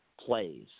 plays